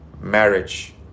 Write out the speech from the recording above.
marriage